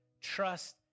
trust